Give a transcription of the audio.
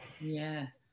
yes